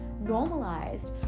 Normalized